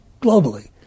globally